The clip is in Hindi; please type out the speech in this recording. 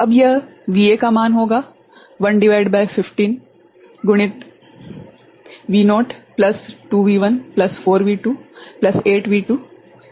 अब यह VA का मान होगा 1 भागित 15 गुणित V0 plus 2V1 plus 4V2 plus 8V3 ठीक है